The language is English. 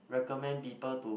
recommend people to